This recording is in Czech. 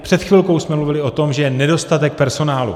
Před chvilkou jsme mluvili tom, že je nedostatek personálu.